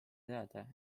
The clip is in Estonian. teada